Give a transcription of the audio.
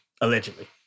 allegedly